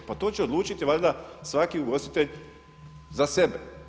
Pa to će odlučiti valjda svaki ugostitelj za sebe.